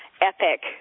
epic